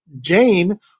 Jane